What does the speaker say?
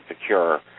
secure